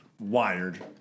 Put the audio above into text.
wired